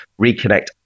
reconnect